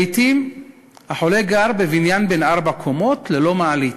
לעתים החולה גר בבניין בן ארבע קומות ללא מעלית.